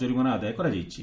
ଜୋରିମାନା ଆଦାୟ କରାଯାଇଛି